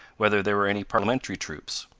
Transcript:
whether there were any parliamentary troops.